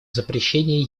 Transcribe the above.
запрещении